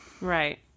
Right